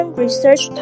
research